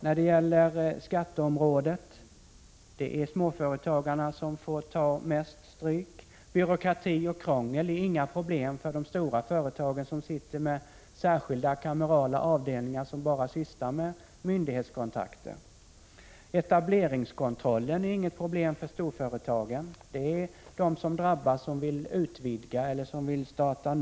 När det gäller skatteområdet är det småföretagarna som får ta mest stryk. Byråkrati och krångel är inga problem för de stora företagen, som har särskilda kamerala avdelningar som bara sysslar med myndighetskontakter. Etableringskontrollen är inget problem för storföretagen. Det är de som vill utvidga eller starta nytt som drabbas.